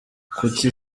kuki